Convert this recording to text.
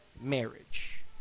Marriage